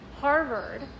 Harvard